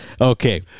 Okay